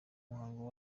muhango